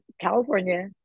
California